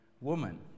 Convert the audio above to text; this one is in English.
woman